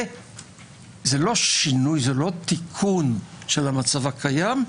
זה לא תיקון המצב הקיים.